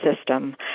system